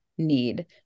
need